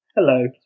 Hello